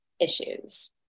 issues